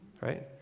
right